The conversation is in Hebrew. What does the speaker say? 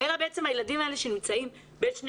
אלא בעצם הילדים האלה שנמצאים בין שני